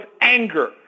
anger